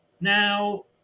now